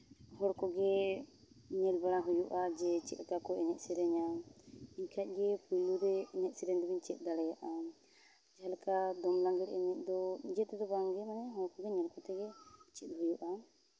ᱦᱚᱲ ᱠᱚᱜᱮ ᱧᱮᱞ ᱵᱟᱲᱟ ᱦᱩᱭᱩᱜᱼᱟ ᱡᱮ ᱪᱮᱫᱞᱮᱠᱟ ᱠᱚ ᱮᱱᱮᱡᱽ ᱥᱮᱨᱮᱧᱟ ᱮᱱᱠᱷᱟᱡ ᱜᱮ ᱯᱳᱭᱞᱳ ᱨᱮ ᱮᱱᱮᱡ ᱥᱮᱨᱮᱧ ᱫᱚᱵᱚᱱ ᱪᱮᱫ ᱫᱟᱲᱮᱭᱟᱜᱼᱟ ᱡᱟᱦᱟᱸᱞᱮᱠᱟ ᱫᱚᱝ ᱞᱟᱜᱽᱬᱮ ᱮᱱᱮᱡ ᱫᱚ ᱱᱤᱡᱮ ᱛᱮᱫᱚ ᱵᱟᱝᱜᱮ ᱢᱟᱱᱮ ᱦᱚᱲ ᱠᱚᱜᱮ ᱧᱮᱞ ᱠᱟᱛᱮ ᱜᱮ ᱪᱮᱫ ᱦᱩᱭᱩᱜᱼᱟ